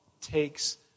takes